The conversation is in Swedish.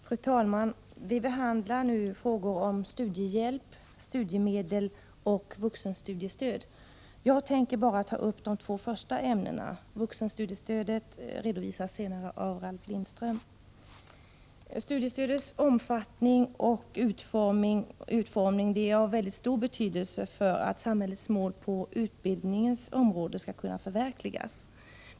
Fru talman! Vi behandlar nu frågor om studiehjälp, studiemedel och vuxenstudiestöd. Jag tänker bara ta upp de två första ämnena. Vuxenstudiestödet redovisas senare av Ralf Lindström. Studiestödets omfattning och utformning är av stor betydelse för att samhällets mål på utbildningens område skall kunna förverkligas.